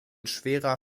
schwerer